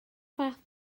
fath